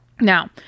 Now